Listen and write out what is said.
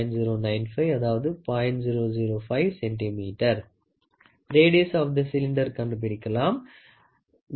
005 cm Radius of Cylinder Main Scale Reading 36 mm 3